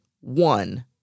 one